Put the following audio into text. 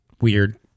weird